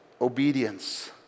obedience